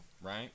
Right